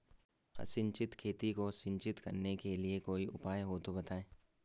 असिंचित खेती को सिंचित करने के लिए कोई उपाय हो तो बताएं?